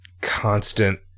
constant